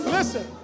Listen